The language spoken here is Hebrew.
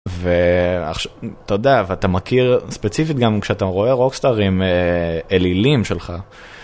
ו... אתה יודע, ואתה מכיר ספציפית גם כשאתה רואה רוקסטארים אלילים שלך.